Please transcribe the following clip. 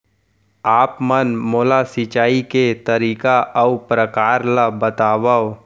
आप मन मोला सिंचाई के तरीका अऊ प्रकार ल बतावव?